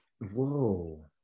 Whoa